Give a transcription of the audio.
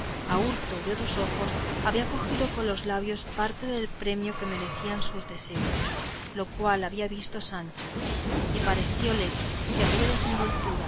a hurto de otros ojos había cogido con los labios parte del premio que merecían sus deseos lo cual había visto sancho y pareciéndole que aquella